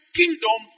kingdom